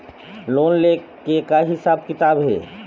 Loan ले के का हिसाब किताब हे?